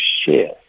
share